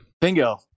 Bingo